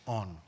on